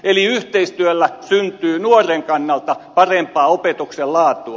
eli yhteistyöllä syntyy nuoren kannalta parempaa opetuksen laatua